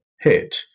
hit